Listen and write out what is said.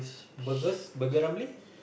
burgers burger Ramly